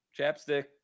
Chapstick